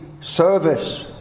service